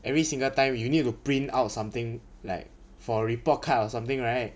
every single time you need to print out something like for report card or something right